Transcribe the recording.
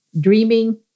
dreaming